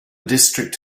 district